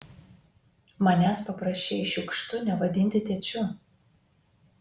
manęs paprašei šiukštu nevadinti tėčiu